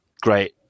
great